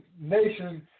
nation